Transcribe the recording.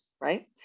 Right